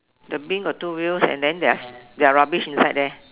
the bin got two wheels and then there are there are rubbish inside there